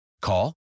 Call